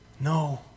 No